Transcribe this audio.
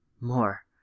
More